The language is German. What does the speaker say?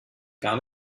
gar